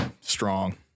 strong